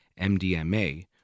MDMA